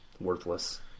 worthless